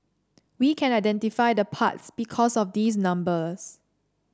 we can identify the parts because of these numbers